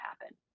happen